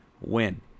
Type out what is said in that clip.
win